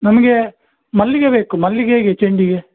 ನಮಗೆ ಮಲ್ಲಿಗೆ ಬೇಕು ಮಲ್ಲಿಗೆ ಹೇಗೆ ಚೆಂಡಿಗೆ